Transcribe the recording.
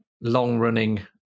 long-running